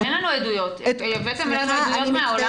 אבל אין לנו עדויות, הבאתם לנו עדויות מהעולם?